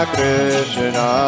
Krishna